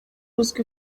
uzwi